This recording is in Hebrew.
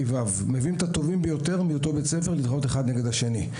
מביאים את הטובים ביותר מאותו בית ספר להתחרות אחד נגד השני.